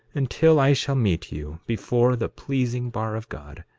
until i shall meet you before the pleasing bar of god,